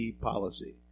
policy